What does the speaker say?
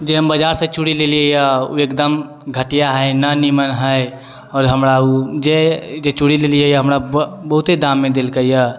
जे हम बाजारसँ चूड़ी लेली यऽ उ एकदम घटिआ है ने नीमन है आओर हमरा उ जे चूड़ी लेलियै यऽ हमरा बहुते दाममे देलकै यऽ